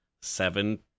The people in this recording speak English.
seven